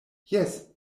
jes